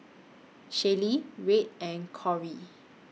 Shaylee Red and Kory